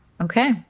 Okay